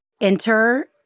Enter